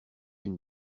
une